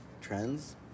trends